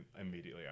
immediately